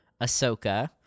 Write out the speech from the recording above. ahsoka